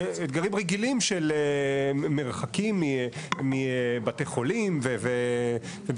אתגרים רגילים של מרחקים מבתי חולים ובכלל